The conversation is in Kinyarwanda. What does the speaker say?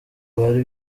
bari